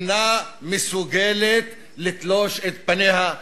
אינה מסוגלת לתלוש את פניה,